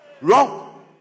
Wrong